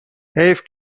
حیف